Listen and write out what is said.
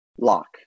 Lock